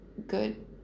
Good